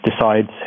decides